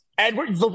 Edward